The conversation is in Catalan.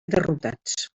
derrotats